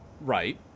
Right